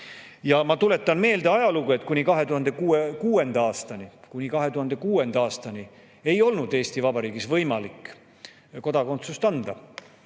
Ma tuletan meelde ajalugu. Kuni 2006. aastani ei olnud Eesti Vabariigis võimalik kodakondsust anda